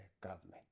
government